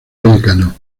vallecano